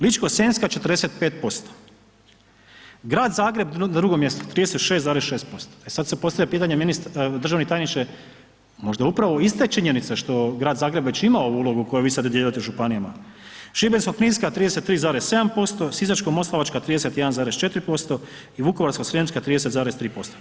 Ličko-senjska 45%, Grad Zagreb drugo mjesto 36,6%, e sad se postavlja pitanje državni tajniče možda upravo iz te činjenice što Grad Zagreb već ima ulogu koju vi sad dodjeljujete županijama, Šibensko-kninska 33,7%, Sisačko-moslavačka 31,4% i Vukovarsko-srijemska 30,3%